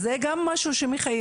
אז זה גם משהו מחייב.